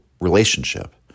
relationship